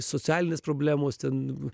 socialinės problemos ten